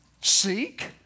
Seek